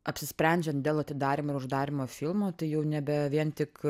apsisprendžiant dėl atidarymo ir uždarymo filmo tai jau nebe vien tik